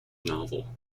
novel